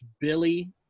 Billy